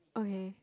okay